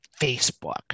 Facebook